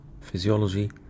physiology